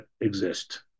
exist